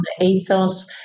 ethos